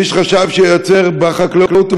מי שחשב שהוא ייעצר בחקלאות,